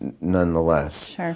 nonetheless